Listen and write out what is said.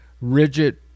rigid